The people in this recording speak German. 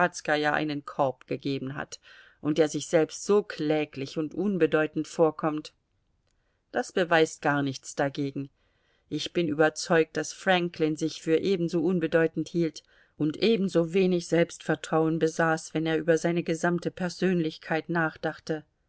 einen korb gegeben hat und der sich selbst so kläglich und unbedeutend vorkommt das beweist gar nichts dagegen ich bin überzeugt daß franklin sich für ebenso unbedeutend hielt und ebensowenig selbstvertrauen besaß wenn er über seine gesamte persönlichkeit nachdachte